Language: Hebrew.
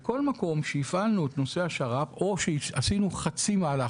בכל מקום שהפעלנו את נושא השר"פ או שעשינו חצי מהלך,